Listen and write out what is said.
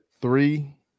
three